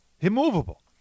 Immovable